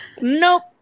Nope